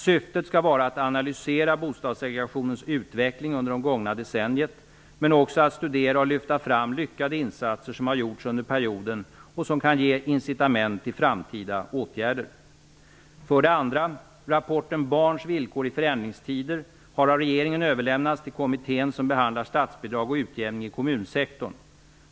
Syftet skall vara att analysera bostadssegregationens utveckling under det gångna decenniet men också att studera och lyfta fram lyckade insatser som har gjorts under perioden och som kan ge incitament till framtida åtgärder. som behandlar statsbidrag och utjämning i kommunsektorn.